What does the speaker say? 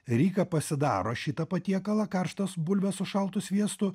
ryka pasidaro šitą patiekalą karštos bulvės su šaltu sviestu